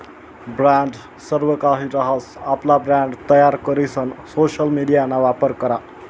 brand सर्वकाहि रहास, आपला ब्रँड तयार करीसन सोशल मिडियाना वापर करा